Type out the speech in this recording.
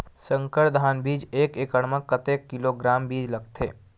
संकर धान बीज एक एकड़ म कतेक किलोग्राम बीज लगथे?